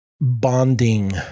bonding